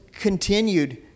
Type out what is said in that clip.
continued